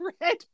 red